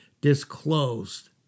disclosed